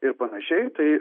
ir panašiai tai